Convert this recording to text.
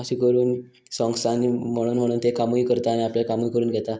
अशें करून सोंग्सान म्हणून म्हणून ते कामूय करता आनी आपलें कामूय करून घेता